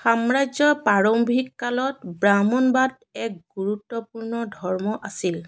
সাম্ৰাজ্য প্ৰাৰম্ভিক কালত ব্ৰাহ্মণবাদ এক গুৰুত্বপূৰ্ণ ধৰ্ম আছিল